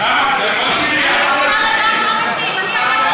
אני רוצה לדעת מה מציעים.